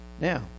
Now